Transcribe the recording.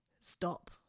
stop